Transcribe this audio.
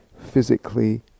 physically